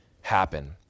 happen